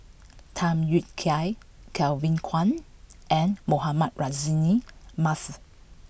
Tham Yui Kai Kevin Kwan and Mohamed Rozani Maarof